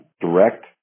direct